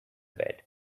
bed